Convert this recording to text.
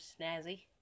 snazzy